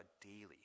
daily